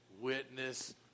witness